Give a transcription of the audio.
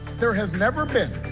there has never been